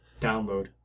download